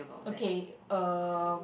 okay uh